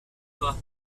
pas